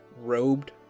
robed